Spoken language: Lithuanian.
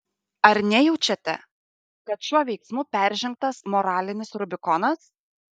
ar nejaučiate kad šiuo veiksmu peržengtas moralinis rubikonas